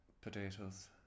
Potatoes